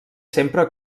sempre